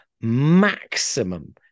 maximum